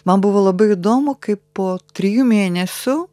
man buvo labai įdomu kaip po trijų mėnesių